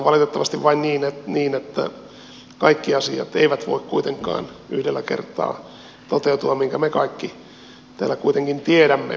asia vain on valitettavasti niin että kaikki asiat eivät voi kuitenkaan yhdellä kertaa toteutua minkä me kaikki täällä tiedämme